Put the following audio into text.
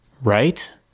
right